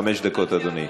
חמש דקות, אדוני.